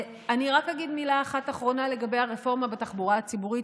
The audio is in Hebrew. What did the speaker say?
אני רק אגיד מילה אחת אחרונה לגבי הרפורמה בתחבורה הציבורית,